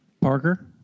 Parker